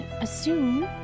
assume